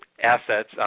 assets